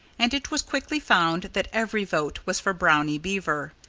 and it was quickly found that every vote was for brownie beaver.